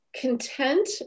content